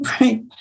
right